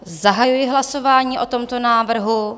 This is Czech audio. Zahajuji hlasování o tomto návrhu.